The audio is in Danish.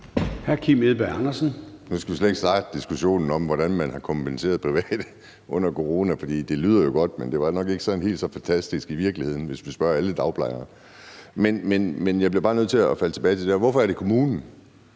Kim Edberg Andersen (NB): Nu skal vi slet ikke starte diskussionen om, hvordan man har kompenseret private under corona. For det lyder jo godt, men det var nok ikke sådan helt så fantastisk i virkeligheden, hvis vi spørger alle dagplejere. Men jeg bliver bare nødt til at falde tilbage til det der med, hvorfor det er kommunen.